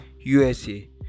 USA